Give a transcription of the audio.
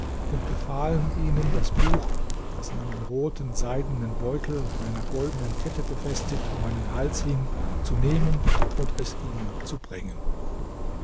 und befahlen ihnen das buch das in einem roten seidenen beutel an einer goldenen kette befestigt um meinem hals hing zu nehmen und es ihnen zu bringen